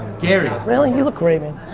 gary, really? you look great, man.